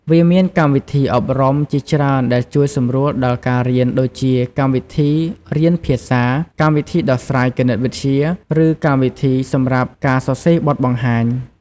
វាមានកម្មវិធីអប់រំ ជាច្រើនដែលជួយសម្រួលដល់ការរៀនដូចជា កម្មវិធីរៀនភាសា កម្មវិធីដោះស្រាយគណិតវិទ្យា ឬកម្មវិធីសម្រាប់ការសរសេរបទបង្ហាញ។